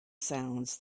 sounds